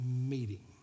meeting